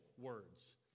words